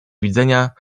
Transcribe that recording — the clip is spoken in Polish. widzenia